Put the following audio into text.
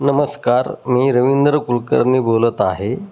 नमस्कार मी रवींद्र कुलकर्नी बोलत आहे